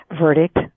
verdict